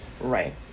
Right